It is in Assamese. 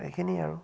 এইখিনিয়ে আৰু